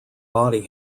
body